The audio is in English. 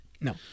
No